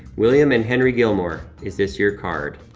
william and henry gilmore, is this your card,